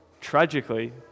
tragically